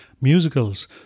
musicals